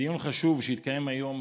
בדיון חשוב שהתקיים היום